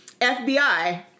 FBI